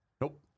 Nope